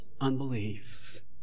Unbelief